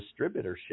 distributorship